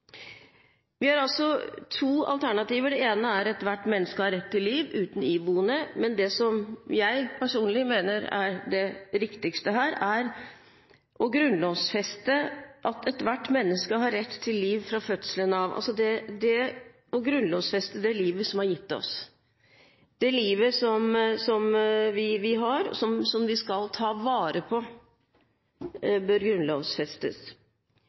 Vi har altså to alternativer. Det ene er «Ethvert Menneske har Ret til Liv», uten «iboende». Men det som jeg personlig mener er det riktigste her, er å grunnlovfeste «Ethvert Menneske har Ret til Liv fra Fødselen», altså det å grunnlovfeste det livet som er gitt oss. Det livet som vi har, og som vi skal ta vare på, bør grunnlovfestes.